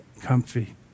comfy